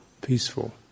peaceful